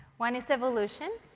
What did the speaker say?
one is evolution.